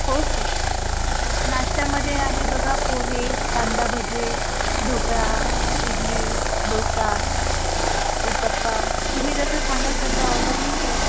हो सर नाश्त्यामध्ये आहे बघा पोहे कांदा भजी ढोकळा इडली डोसा उत्तपा तुम्ही जसं सांगाल तसं ऑडरनी मिळेल